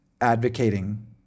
advocating